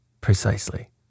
Precisely